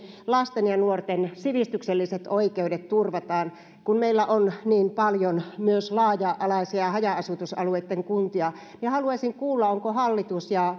lasten ja nuorten sivistykselliset oikeudet turvataan kun meillä on niin paljon myös laaja alaisia haja asutusalueitten kuntia kun tiedätte hyvin että meidän yhdeksässäkymmenessä kunnassa jo nyt tällä hetkellä syntyy vähemmän kuin kaksikymmentä lasta niin haluaisin kuulla ovatko hallitus ja